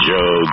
Joe